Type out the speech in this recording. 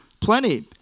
Plenty